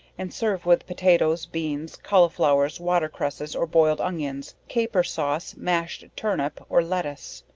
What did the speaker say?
and serve with potatoes, beans, colliflowers, water-cresses, or boiled onion, caper sauce, mashed turnip, or lettuce.